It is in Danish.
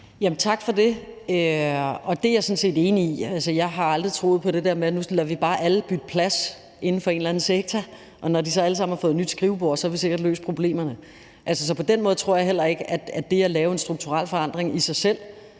Tak for det. Det er jeg sådan set enig i. Jeg har aldrig troet på det der med, at nu lader vi bare alle bytte plads inden for en eller anden sektor, og når de så alle sammen har fået et nyt skrivebord, har vi sikkert løst problemerne. På den måde tror jeg heller ikke, at det at lave en strukturforandring i sig selv